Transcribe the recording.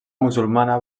musulmana